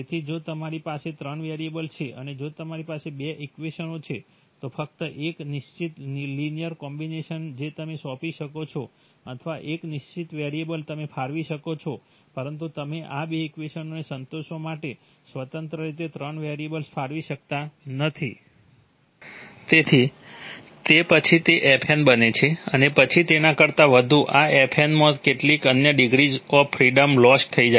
તેથી જો તમારી પાસે ત્રણ વેરિયેબલ છે અને જો તમારી પાસે બે ઇક્વેશનો છે તો ફક્ત એક નિશ્ચિત લિનિયર કોમ્બિનેશન જે તમે સોંપી શકો છો અથવા એક નિશ્ચિત વેરિયેબલ તમે ફાળવી શકો છો પરંતુ તમે આ બે ઇક્વેશનોને સંતોષવા માટે સ્વતંત્ર રીતે ત્રણ વેરિયેબલ્સ ફાળવી શકતા નથી તેથી તે પછી તે f n બને છે અને પછી તેના કરતા વધુ આ f n માંથી કેટલીક અન્ય ડિગ્રીઝ ઓફ ફ્રિડમ લોસ્ટ થઇ જાય છે